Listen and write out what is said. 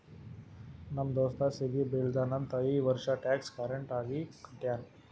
ನಮ್ ದೋಸ್ತ ಸಿಗಿ ಬೀಳ್ತಾನ್ ಅಂತ್ ಈ ವರ್ಷ ಟ್ಯಾಕ್ಸ್ ಕರೆಕ್ಟ್ ಆಗಿ ಕಟ್ಯಾನ್